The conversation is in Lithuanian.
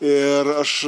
ir aš